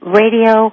radio